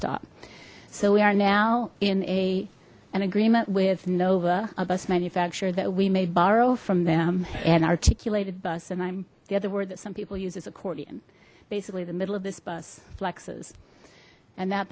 stop so we are now in a an agreement with nova a bus manufacturer that we may borrow from them and articulated bus and i'm the other word that some people use is accordion basically the middle of this bus flexes and that